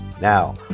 Now